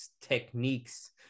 techniques